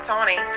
Tawny